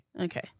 Okay